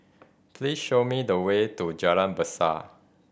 please show me the way to Jalan Besar